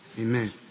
Amen